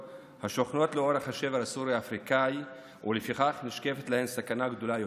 השוכנות לאורך השבר הסורי-אפריקאי ולפיכך נשקפת להן סכנה גדולה יותר.